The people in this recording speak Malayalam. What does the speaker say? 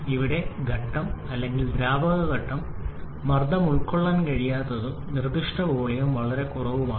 ഇവിടെ ഘട്ടം അല്ലെങ്കിൽ ദ്രാവക ഘട്ടം മർദ്ദംഉൾക്കൊള്ളാൻ കഴിയാത്തതും നിർദ്ദിഷ്ട വോളിയം വളരെ കുറവാണ്